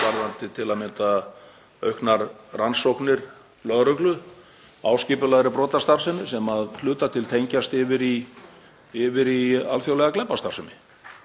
þessu, til að mynda auknar rannsóknir lögreglu á skipulagðri brotastarfsemi sem að hluta til tengist yfir í alþjóðlega glæpastarfsemi.